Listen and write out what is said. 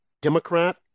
Democrat